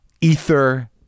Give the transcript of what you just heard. ether